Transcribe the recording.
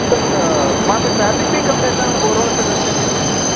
وہاں پہ ٹریفک بھی کم رہتا ہے میں بول رہا ہے اس رستے میں